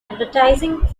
advertising